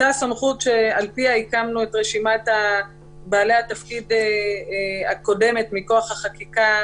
אותה סמכות שעל-פיה הקמנו את רשימת בעלי התפקיד הקודמת מכוח החקיקה